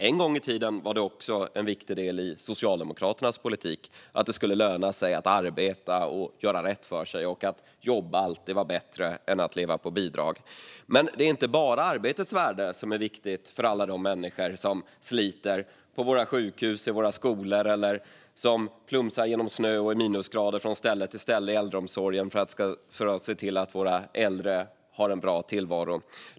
En gång i tiden var det också en viktig del i Socialdemokraternas politik att det skulle löna sig att arbeta och göra rätt för sig och att det alltid var bättre att jobba än att leva på bidrag. Men det är inte bara arbetets värde som är viktigt för alla de människor som sliter på våra sjukhus och i våra skolor eller plumsar genom snö och i minusgrader från ställe till ställe i äldreomsorgen för att se till att våra äldre har en bra tillvaro.